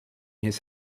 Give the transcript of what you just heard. his